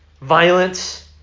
violence